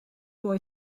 boy